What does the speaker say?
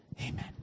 Amen